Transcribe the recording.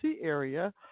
area